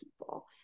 people